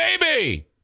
baby